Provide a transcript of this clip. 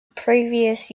previous